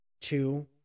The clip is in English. Two